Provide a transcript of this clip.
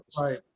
right